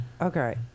Okay